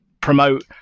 promote